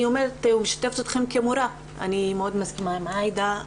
אני משתפת אתכם כמורה, אני מסכימה מאוד עם עאידה.